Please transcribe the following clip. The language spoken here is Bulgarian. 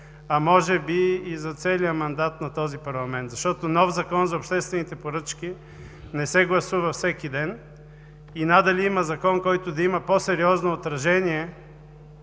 а може би и за целия мандат на този парламент, защото нов Закон за обществените поръчки не се гласува всеки ден и надали има закон, който да има по-сериозно отражение